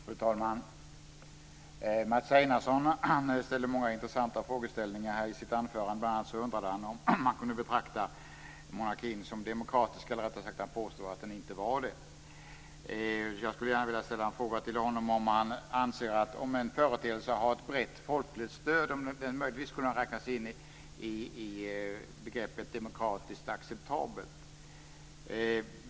Fru talman! Mats Einarsson ställde många intressanta frågor i sitt anförande. Bl.a. undrade han om man kunde betrakta monarkin som demokratisk, eller han påstod rättare sagt att den inte var det. Jag skulle gärna vilja ställa en fråga till honom om han anser att en företeelse som har ett brett folkligt stöd möjligtvis kan räknas in i begreppet demokratiskt acceptabel.